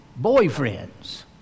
boyfriends